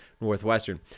Northwestern